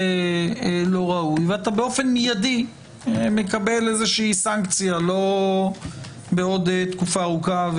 לא ראוי ואתה באופן מידי מקבל איזו שהיא סנקציה לא בעוד תקופה ארוכה,